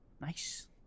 Nice